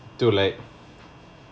to like